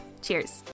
Cheers